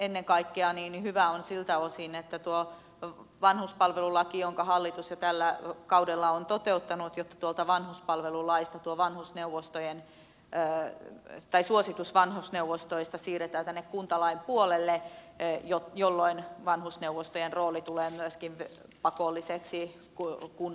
ennen kaikkea se on hyvä siltä osin että tuolta vanhuspalvelulaista jonka hallitus jo tällä kaudella on toteuttanut jo tulta vanhuspalvelulaista tuo vanhusneuvostojen päät siirretään suositus vanhusneuvostoista tänne kuntalain puolelle jolloin vanhusneuvostojen rooli tulee myöskin pakolliseksi kunnan järjestää